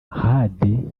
hadi